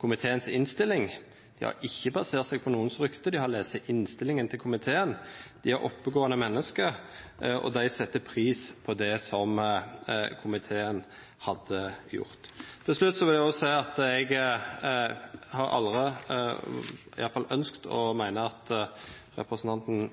komiteens innstilling. Dei har ikkje basert seg på noko rykte, dei har lese innstillinga frå komiteen. Dei er oppegåande menneske, og dei set pris på det som komiteen hadde gjort. Til slutt vil eg seia at eg har aldri ønskt å meina at representanten